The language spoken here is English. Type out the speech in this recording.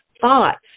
thoughts